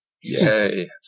Yay